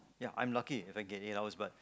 ya I am lucky If I get eight hours but